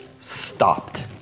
stopped